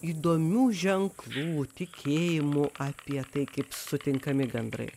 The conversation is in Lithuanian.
įdomių ženklų tikėjimų apie tai kaip sutinkami gandrai